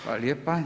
Hvala lijepa.